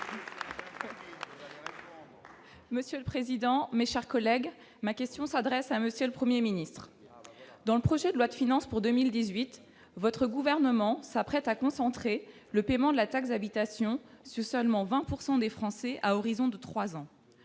pour le groupe Les Républicains. Ma question s'adresse à M. le Premier ministre. Dans le projet de loi de finances pour 2018, votre gouvernement s'apprête à concentrer le paiement de la taxe d'habitation sur seulement 20 % des Français à l'horizon de trois